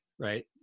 right